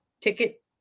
ticket